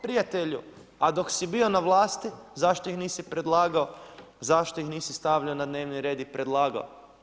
Prijatelju, a dok si bio na vlasti zašto ih nisi predlagao, zašto ih nisi stavljao na dnevni red i predlagao.